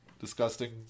disgusting